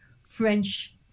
French